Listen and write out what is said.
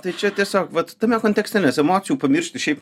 tai čia tiesiog vat tame kontekste nes emocijų pamiršti šiaip